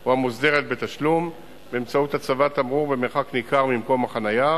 או המוסדרת בתשלום באמצעות הצבת תמרור במרחק ניכר ממקום החנייה,